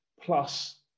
plus